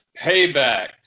Payback